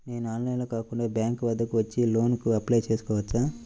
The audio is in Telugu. నేను ఆన్లైన్లో కాకుండా బ్యాంక్ వద్దకు వచ్చి లోన్ కు అప్లై చేసుకోవచ్చా?